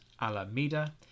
Alameda